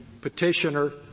petitioner